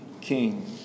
king